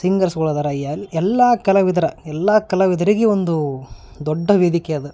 ಸಿಂಗರ್ಸ್ಗಳು ಅದಾರ ಎಲ್ಲಿ ಎಲ್ಲಾ ಕಲಾವಿದರು ಎಲ್ಲ ಕಲಾವಿದರಿಗೆ ಒಂದು ದೊಡ್ಡ ವೇದಿಕೆ ಅದು